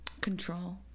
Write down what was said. control